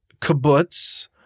kibbutz